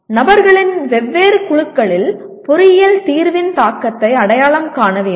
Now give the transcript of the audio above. நபர்களின் வெவ்வேறு குழுக்களில் பொறியியல் தீர்வின் தாக்கத்தை அடையாளம் காண வேண்டும்